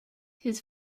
his